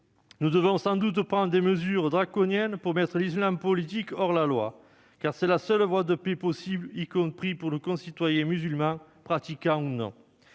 Nous devrons sans doute prendre des mesures draconiennes pour mettre l'islam politique hors la loi. Car c'est la seule voie de paix possible, y compris pour nos concitoyens musulmans, pratiquants ou non.